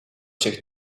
zich